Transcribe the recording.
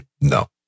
No